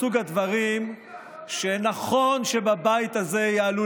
והיא מסוג הדברים שנכון שבבית הזה יעלו